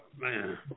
man